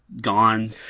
gone